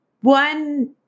one